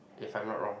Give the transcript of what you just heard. if I'm not wrong